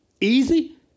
easy